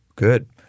Good